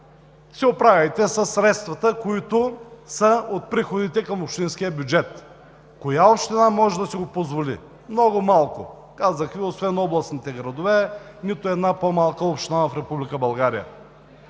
се оправяйте със средствата, които са от приходите към общинския бюджет. Коя община може да си го позволи? Много малко – казах Ви, освен областните градове, нито една по-малка община в Република България.